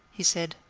he said.